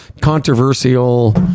controversial